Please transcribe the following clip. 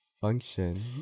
function